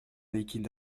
liquide